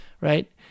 right